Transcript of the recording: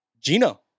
Gino